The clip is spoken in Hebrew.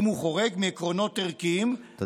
אם הוא חורג מעקרונות ערכיים,